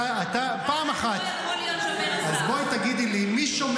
אתה, פעם אחת --- העם לא יכול להיות שומר הסף.